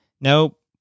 nope